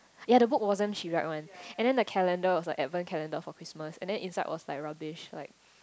ya the book wasn't she write one and then the calendar was like advance calendar for Christmas and then inside was like rubbish like